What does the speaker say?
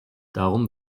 darum